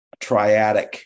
triadic